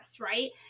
right